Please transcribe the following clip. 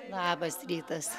labas rytas